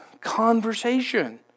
conversation